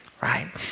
right